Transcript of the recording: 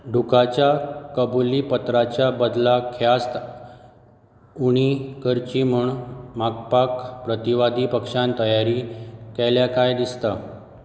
डूकाच्या कबुलीपत्राच्या बदलाक ख्यास्त उणी करची म्हूण मागपाक प्रतिवादी पक्षान तयारी केल्या काय दिसता